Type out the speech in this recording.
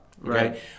Right